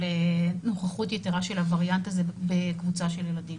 על נוכחות יתרה של הווריאנט הזה בקבוצה של ילדים.